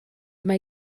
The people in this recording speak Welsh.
mae